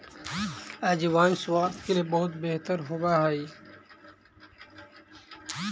अजवाइन स्वास्थ्य के लिए बहुत बेहतर होवअ हई